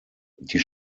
die